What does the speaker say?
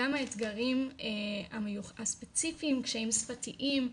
גם האתגרים הספציפיים שהם שפתיים,